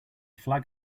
flag